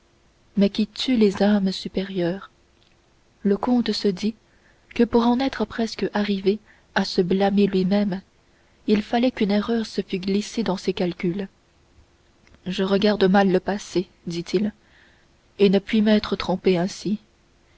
mais qui tue les âmes supérieures le comte se dit que pour en être presque arrivé à se blâmer lui-même il fallait qu'une erreur se fût glissée dans ses calculs je regarde mal le passé dit-il et ne puis m'être trompé ainsi